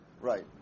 Right